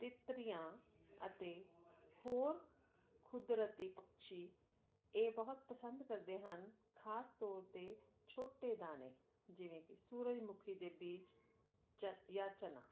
ਤਿਤਲੀਆਂ ਅਤੇ ਹੋਰ ਕੁਦਰਤੀ ਪਕਸ਼ੀ ਇਹ ਬਹੁਤ ਪਸੰਦ ਕਰਦੇ ਹਨ ਖਾਸ ਤੌਰ ਤੇ ਛੋਟੇ ਦਾਣੇ ਜਿਵੇਂ ਕਿ ਸੂਰਜ ਮੁਖੀ ਦੇ ਬੀਜ ਜਾਂ ਚਨਾ